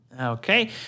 Okay